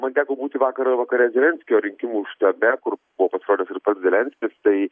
man teko būti vakar vakare zelenskio rinkimų štabe kur buvo pasirodęs ir pats zelenskis tai